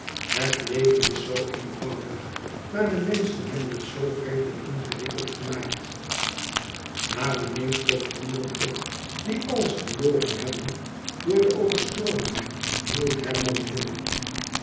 het leven is zoo eenvoudig maar de menschen hebben het zoo vreemd en ingewikkeld gemaakt maar u neemt toch boeren op die alles verloren hebben door de overstrooming hield herman vol